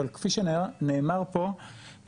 אבל כפי שנאמר פה,